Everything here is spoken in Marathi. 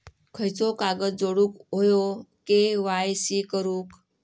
खयचो कागद जोडुक होयो के.वाय.सी करूक?